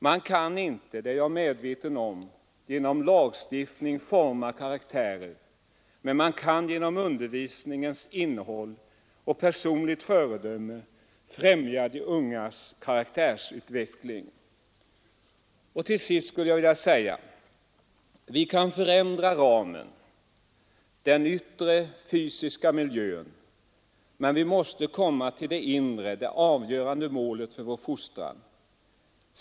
Man kan inte — det är jag medveten om — genom lagstiftning forma karaktärer, men man kan genom undervisningens innehåll och personligt föredöme främja de ungas karaktärsutveckling. Till sist skulle jag vilja säga: Vi kan förändra ramen, den yttre fysiska miljön, men vi måste komma till det inre, det avgörande målet för vår fostran.